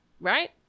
Right